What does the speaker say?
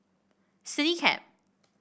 Citycab